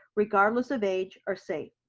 regardless of age, are safe.